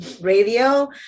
radio